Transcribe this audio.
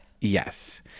Yes